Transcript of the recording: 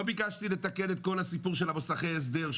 לא ביקשתי לתקן את כל הסיפור של מוסכי ההסדר,